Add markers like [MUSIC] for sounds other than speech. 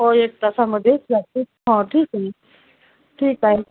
हो एक तासामध्ये प्रॅक्टिस हं [UNINTELLIGIBLE] ठीक आहे ठीक आहे